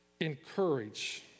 encourage